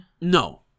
No